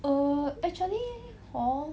oh actually hor